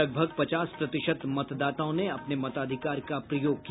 लगभग पचास प्रतिशत मतदाताओं ने अपने मताधिकार का प्रयोग किया